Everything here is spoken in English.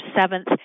seventh